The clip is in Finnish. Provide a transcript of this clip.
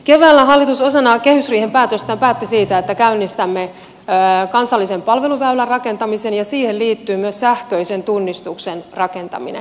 keväällä hallitus osana kehysriihen päätöstään päätti siitä että käynnistämme kansallisen palveluväylän rakentamisen ja siihen liittyy myös sähköisen tunnistuksen rakentaminen